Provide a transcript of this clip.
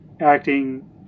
acting